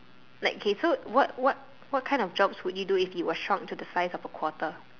like kay so what what what kind of jobs would you do if you were shrunk to the size of a quarter